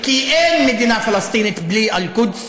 כי אין מדינה פלסטינית בלי אל-קודס,